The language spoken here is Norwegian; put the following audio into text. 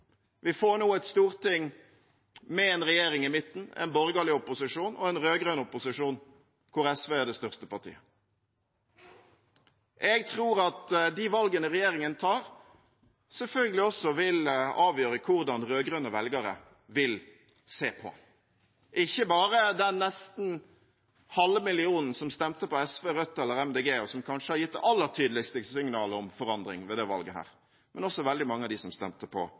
Vi får nå et storting med en regjering i midten, en borgerlig opposisjon og en rød-grønn opposisjon der SV er det største partiet. Jeg tror at de valgene regjeringen tar, selvfølgelig også vil avgjøre hvordan rød-grønne velgere vil se på den, ikke bare den nesten halve millionen som stemte på SV, Rødt eller Miljøpartiet De Grønne, og som kanskje har gitt de aller tydeligste signalene om forandring ved dette valget, men også veldig mange av dem som stemte på